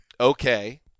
okay